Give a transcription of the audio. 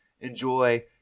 enjoy